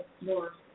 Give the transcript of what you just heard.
more